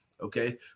Okay